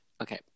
Okay